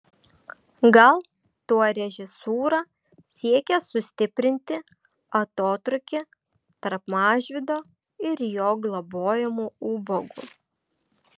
gal tuo režisūra siekė sustiprinti atotrūkį tarp mažvydo ir jo globojamų ubagų